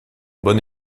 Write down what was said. bon